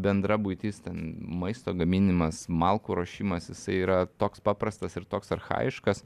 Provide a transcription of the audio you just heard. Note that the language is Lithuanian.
bendra buitis ten maisto gaminimas malkų ruošimas jisai yra toks paprastas ir toks archajiškas